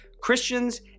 Christians